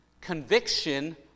Conviction